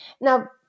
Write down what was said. Now